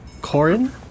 Corin